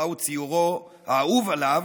מהו ציורו האהוב עליו,